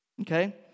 okay